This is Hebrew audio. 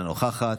אינה נוכחת,